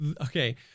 okay